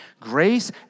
Grace